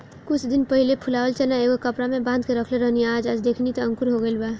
कुछ दिन पहिले फुलावल चना एगो कपड़ा में बांध के रखले रहनी आ आज देखनी त अंकुरित हो गइल बा